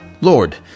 Lord